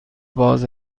باز